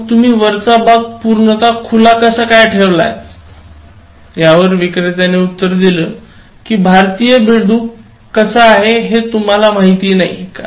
मग तुम्ही वरचा भाग पूर्णपणे खुला कसा ठेवला आहातयावर विक्रेत्याने उत्तर दिले की भारतीय बेडूक कसा आहे हे तुम्हाला माहिती नाही का